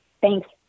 Thanks